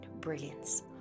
brilliance